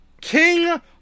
King